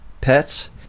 pets